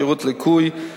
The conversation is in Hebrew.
שירות לקוי,